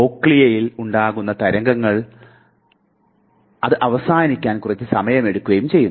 കോക്ലിയയിൽ ഉണ്ടാകുന്ന തരംഗങ്ങൾ ഉണ്ടാവുകയും അത് അവസാനിക്കാൻ കുറച്ച് സമയമെടുക്കുകയും ചെയ്യുന്നു